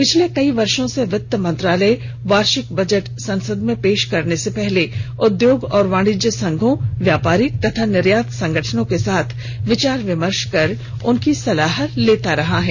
पिछले कई वर्षो से वित्त मंत्रालय वार्षिक बजट संसद में पेश करने से पहले उद्योग और वाणिज्य संघों व्यापारिक तथा निर्यात संगठनों के साथ विचार विमर्श कर उनकी सलाह लेता रहा है